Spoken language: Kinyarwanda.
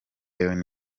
lion